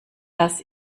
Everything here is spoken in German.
das